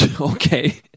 okay